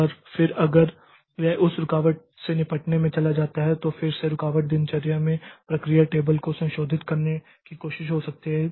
और फिर अगर यह उस रुकावट से निपटने में चला जाता है तो फिर से उस रुकावट दिनचर्या में प्रक्रिया टेबल को संशोधित करने की कोशिश हो सकती है